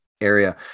area